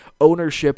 ownership